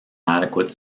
adequate